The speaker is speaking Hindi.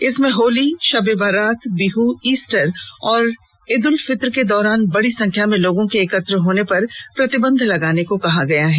इसमें होली शब ए बारात बिह ईस्टर और ईद उल फित्र के दौरान बडी संख्या में लोगों के एकत्र होने पर प्रतिबंध लगाने को कहा गया है